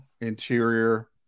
Interior